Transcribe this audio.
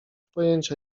pojęcia